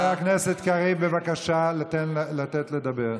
חבר הכנסת קריב, בבקשה לתת לדבר.